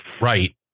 Right